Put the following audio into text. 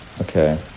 Okay